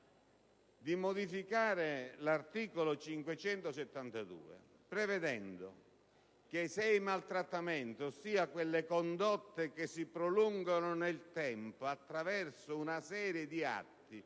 di modificare l'articolo 572 del codice penale prevedendo che se i maltrattamenti, ossia quelle condotte che si prolungano nel tempo attraverso una serie di atti,